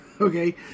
okay